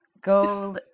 Go